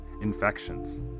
infections